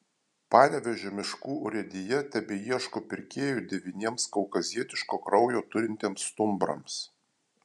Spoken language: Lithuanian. panevėžio miškų urėdija tebeieško pirkėjų devyniems kaukazietiško kraujo turintiems stumbrams